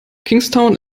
kingstown